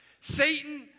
Satan